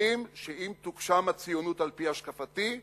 שבטוחים שאם תוגשם הציונות על-פי השקפתי,